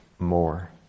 more